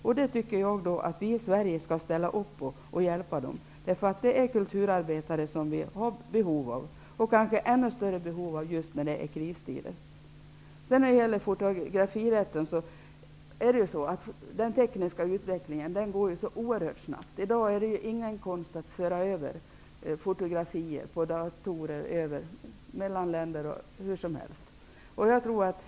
Jag tycker att vi i Sverige skall hjälpa dem. Det gäller kulturarbetare som vi har behov av, kanske ännu mer i kristider. Beträffande fotografirätten vill jag säga att den tekniska utvecklingen går oerhört snabbt. I dag är det ingen svårighet att föra över fotografier via datorer, mellan länder osv.